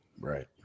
Right